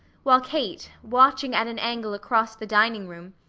while kate, watching at an angle across the dining room,